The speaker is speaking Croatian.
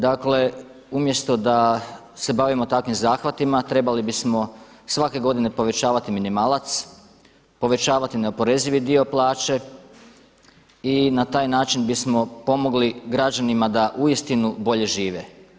Dakle umjesto da se bavimo takvim zahvatima trebali bismo svake godine povećavati minimalac, povećavati neoporezivi dio plaće i na taj način bismo pomogli građanima da uistinu bolje žive.